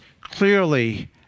clearly